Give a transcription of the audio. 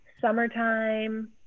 summertime